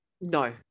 No